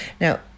now